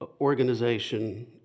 organization